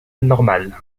normal